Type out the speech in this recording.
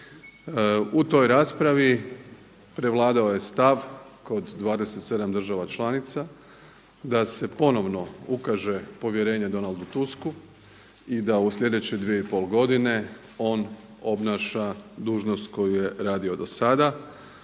U toj raspravi prevladao je stav kod 27 država članica da se ponovno ukaže povjerenje Donaldu Tusku i da u sljedeće dvije i pol godine on obnaša dužnost koju je radio do sada